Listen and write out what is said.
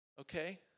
okay